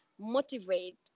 motivate